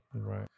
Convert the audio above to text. Right